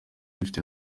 rifite